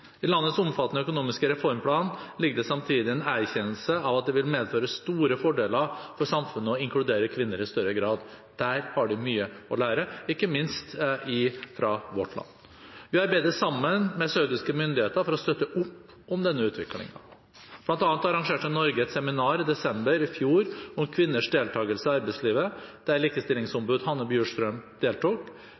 I landets omfattende økonomiske reformplaner ligger det samtidig en erkjennelse av at det vil medføre store fordeler for samfunnet å inkludere kvinner i større grad. Der har de mye å lære, ikke minst av vårt land. Vi arbeider sammen med saudiske myndigheter for å støtte opp om denne utviklingen. Blant annet arrangerte Norge et seminar i desember i fjor om kvinners deltakelse i arbeidslivet, der likestillingsombud Hanne Bjurstrøm deltok,